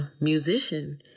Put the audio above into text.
musician